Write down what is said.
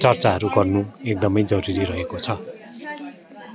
चर्चाहरू गर्नु एकदमै जरुरी रहेको छ